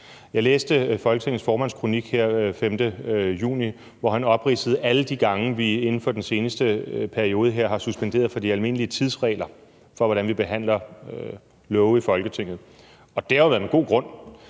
Jeg læste Folketingets formands kronik her den 5. juni, hvor han opridsede alle de gange, vi inden for den seneste periode her har suspenderet de almindelige tidsregler for, hvordan vi behandler lovforslag i Folketinget. Der har jo været en god grund.